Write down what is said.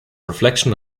reflection